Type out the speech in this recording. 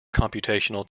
computational